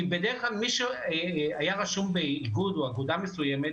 כי בדרך כלל מי שהיה רשום באיגוד או אגודה מסוימת,